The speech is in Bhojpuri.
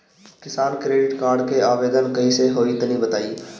किसान क्रेडिट कार्ड के आवेदन कईसे होई तनि बताई?